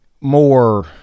more